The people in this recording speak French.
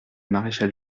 maréchal